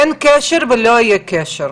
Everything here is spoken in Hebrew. אין קשר ולא יהיה קשר,